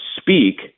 speak